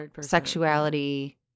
sexuality